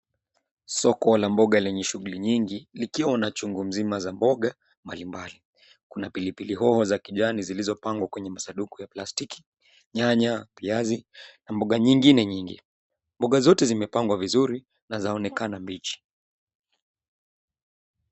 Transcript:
Soko la mboga lenye shughuli nyingi likiwa na chungumzima za mboga mbalimbali. Kuna pilipili hoho za kijani zilizopangwa kwenye masanduku ya plastiki ,nyanya, viazi na mboga nyingine nyingi. Mboga zote zimepangwa vizuri na zaonekana mbichi.